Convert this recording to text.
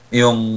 yung